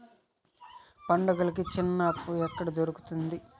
పండుగలకి చిన్న అప్పు ఎక్కడ దొరుకుతుంది